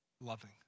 loving